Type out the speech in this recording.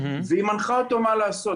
והיא גם מנחה אותו מה לעשות.